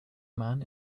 man